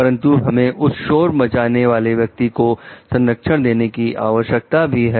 परंतु हमें उस शोर मचाने वाले व्यक्ति को संरक्षण देने की आवश्यकता भी है